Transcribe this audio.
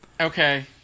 Okay